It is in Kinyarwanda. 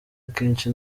akenshi